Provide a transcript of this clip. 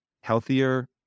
healthier